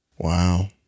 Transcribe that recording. Wow